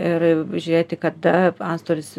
ir žiūrėti kada anstolis